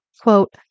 quote